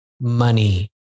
money